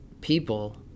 people